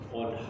on